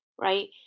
right